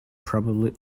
probably